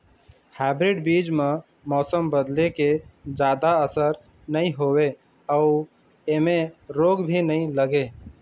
hybrid बीज म मौसम बदले के जादा असर नई होवे अऊ ऐमें रोग भी नई लगे